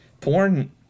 porn